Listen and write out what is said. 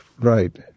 right